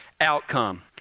outcome